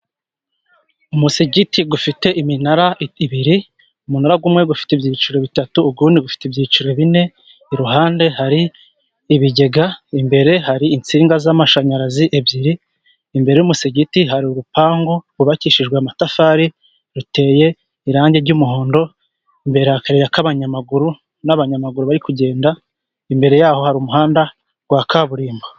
Umusigiti ufite iminara ibiri, umunaragu umwe ufite ibyiciro bitatu, undi ibufite ibyiciro bine. Iruhande hari ibigega, imbere hari insinga z'amashanyarazi ebyiri. Imbere y'umusigiti hari urupangu rwubakishijwe amatafari ruteye irangi ry'umuhondo, imbere hari akayira k'abanyamaguru, n'abanyamaguru bari kugenda imbere yaho hari umuhanda wa kaburimbo.